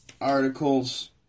articles